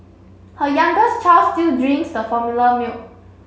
her youngest child still drinks the formula milk